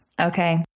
Okay